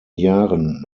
jahren